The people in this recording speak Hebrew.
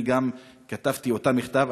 גם אני כתבתי את אותו מכתב.